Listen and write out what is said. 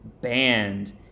banned